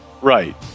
Right